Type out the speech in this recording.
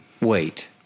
Wait